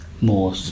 more